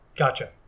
Gotcha